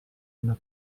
una